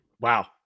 Wow